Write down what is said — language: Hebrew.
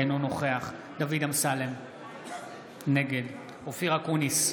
אינו נוכח דוד אמסלם, נגד אופיר אקוניס,